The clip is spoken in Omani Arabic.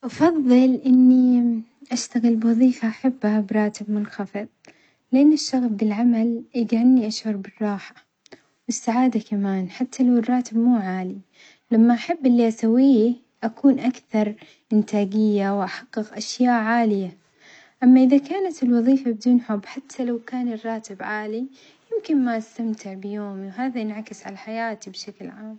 أفظل إني أشتغل بوظيفة أحبها براتب منخفض، لأن الشغف بالعمل يجعلني أشعر بالراحة والسعادة كمان حتى لو الراتب مو عالي، لما أحب اللي أسويه أكون أكثر إنتاجية وأحقق أشياء عالية، أما إذا كانت الوظيفة بدون حب حتى لو كان الراتب عالي يمكن ما أستمتع بيومي وهذا ينعكس على حياتي بشكل عام.